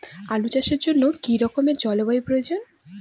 আলু চাষের জন্য কি রকম জলবায়ুর প্রয়োজন?